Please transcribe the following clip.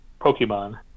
Pokemon